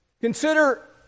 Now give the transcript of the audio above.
Consider